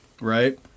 Right